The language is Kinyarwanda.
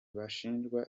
bashinjwa